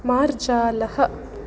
मार्जालः